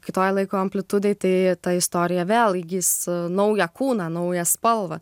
kitoj laiko amplitudėj tai ta istorija vėl įgis naują kūną naują spalvą